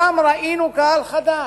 שם ראינו קהל חדש,